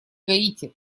гаити